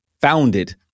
founded